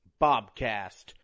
Bobcast